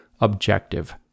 objective